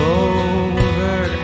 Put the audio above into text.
over